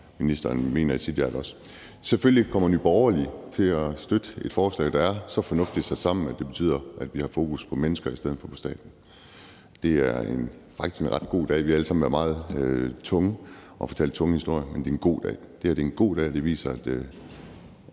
ministeren også mener i sit hjerte. Selvfølgelig kommer Nye Borgerlige til at støtte et forslag, der er så fornuftigt sat sammen, at det betyder, at vi har fokus på mennesker i stedet for på staten. Det er faktisk en ret god dag. Vi har alle sammen været meget tunge og har fortalt tunge historier, men det er en god dag. Det her er en god dag, og det viser, at